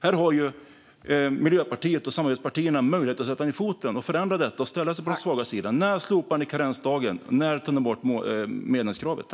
Här har Miljöpartiet och samarbetspartierna möjlighet att sätta ned foten och förändra detta och ställa sig på de svagas sida. När slopar ni karensdagen, och när tar ni bort medlemskravet?